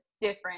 different